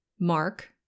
Mark